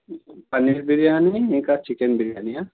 పన్నీరు బిర్యానీ ఇంకా చికెన్ బిర్యానీయా